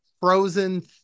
Frozen